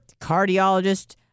cardiologist